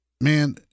man